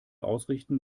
ausrichten